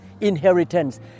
inheritance